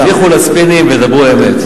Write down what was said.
הניחו לספינים ודברו אמת.